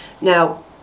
Now